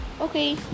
Okay